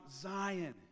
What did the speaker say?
Zion